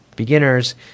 beginners